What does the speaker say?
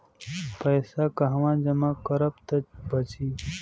पैसा कहवा जमा करब त बची?